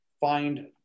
find